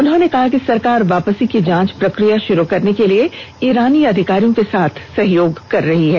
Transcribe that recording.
उन्होंने कहा कि सरकार वापसी की जांच प्रक्रिया शुरू करने के लिए ईरानी अधिकारियों के साथ सहयोग कर रही है